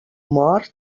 mor